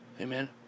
Amen